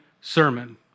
sermon